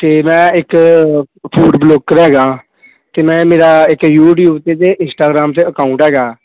ਅਤੇ ਮੈਂ ਇੱਕ ਫੂਡ ਬਲੋਗਰ ਹੈਗਾ ਅਤੇ ਮੈਂ ਮੇਰਾ ਇੱਕ ਯੂਟੀਊਬ 'ਤੇ ਅਤੇ ਇੰਸਟਾਗ੍ਰਾਮ 'ਤੇ ਅਕਾਊਂਟ ਹੈਗਾ